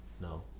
No